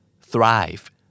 Thrive